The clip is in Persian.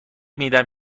میدم